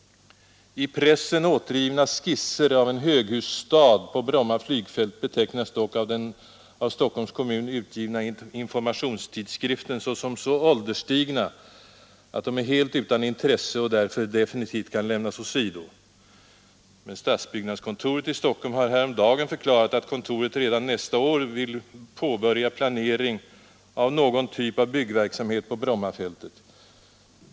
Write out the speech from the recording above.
I pressen återgivna skisser av en höghusstad på Bromma flygfält betecknas dock av den av Stockholms kommun utgivna informationstidskriften som så åldersstigna att de är helt utan intresse och därför definitivt kan lämnas åsido. Men stadsbyggnadskontoret i Stockholm har häromdagen förklarat, att kontoret redan nästa år vill påbörja planering av någon typ av byggverksamhet på Brommafältet.